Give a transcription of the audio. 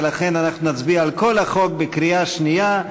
ולכן אנחנו נצביע על כל החוק בקריאה שנייה.